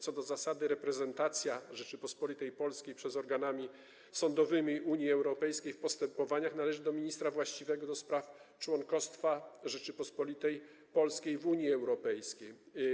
Co do zasady reprezentacja Rzeczypospolitej Polskiej przed organami sądowymi Unii Europejskiej w postępowaniach należy do ministra właściwego do spraw członkostwa Rzeczypospolitej Polskiej w Unii Europejskiej.